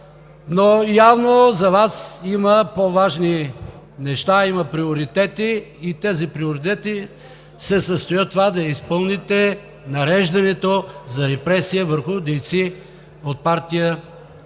но явно за Вас има по-важни неща, има приоритети и тези приоритети се състоят в това да изпълните нареждането за репресия върху дейци от партия